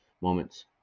moments